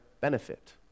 benefit